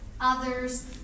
others